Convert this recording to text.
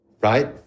right